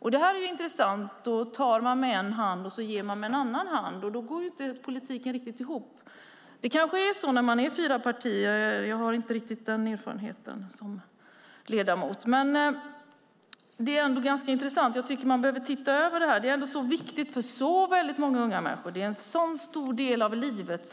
Det är intressant. Man tar med ena handen och ger med den andra. Då går inte politiken ihop riktigt. Det kanske blir så när fyra partier är inblandade. Som ledamot har jag ingen erfarenhet av det. Jag tycker att man behöver se över detta. Det är viktigt för så många unga människor. Man utbildar sig en så stor del av livet.